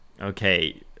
okay